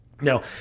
Now